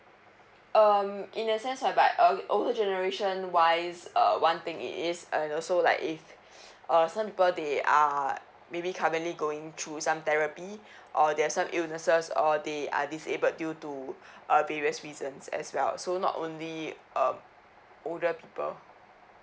um in a sense ah but uh older generation wise is uh one thing it is and also like if uh some people they are maybe currently going through some therapy or they have some illnesses or they are disabled due to uh various reasons as well so not only uh older people